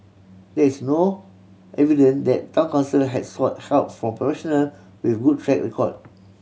there is no evidence that Town Council has sought help from professional with good track record